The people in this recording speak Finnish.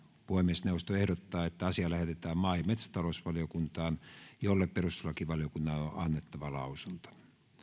puhemiesneuvosto ehdottaa että asia lähetetään maa ja metsätalousvaliokuntaan jolle perustuslakivaliokunnan on annettava lausunto